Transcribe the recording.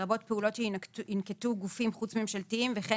לרבות פעולות שינקטו גופים חוץ ממשלתיים וכן